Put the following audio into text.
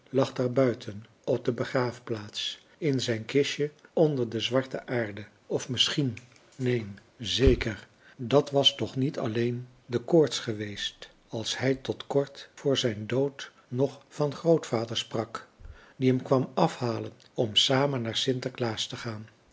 lag daar buiten op de begraafplaats in zijn kistje onder de zwarte aarde of misschien neen zeker dat was toch niet alleen de koorts geweest als hij tot kort voor zijn dood nog van grootvader sprak die hem kwam afhalen om samen naar sinterklaas te gaan